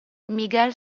miguel